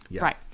Right